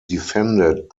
defended